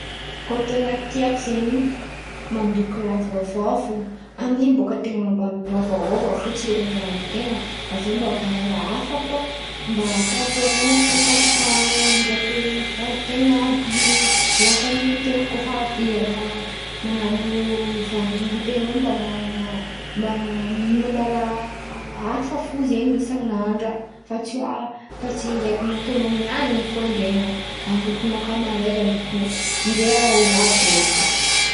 Koa ten̈a tiako zen̈y, mandoky raha vaovao fo. Amin’in̈y bôka an-ten̈a mba miôvaôva fo tsiron-draha ain-ten̈a. Aviô mba mahay raha hafa koa, mba ampiravoravoan̈a tsaiky an-tran̈o, ndraiky vadin-ten̈a àby in̈y. La famian-ten̈a koa avy man̈ana vahiny am-ten̈a mba man̈ana mba mihin̈ana raha hafa fo zen̈y isan'andra. Fa tsy a- tsy araiky nataon̈ô nian̈y in̈y fo andra alokinao koa amaray alokinao. Ndray olo àby empaka.